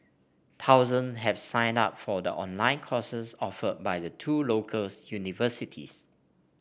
thousands have signed up for the online courses offered by the two locals universities